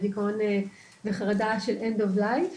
על דיכאון וחרדה של end of life,